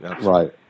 Right